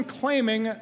claiming